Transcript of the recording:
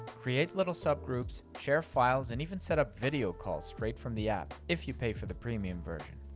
create little sub groups, share files, and even set up video calls straight from the app, if you pay for the premium version.